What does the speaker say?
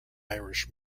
irish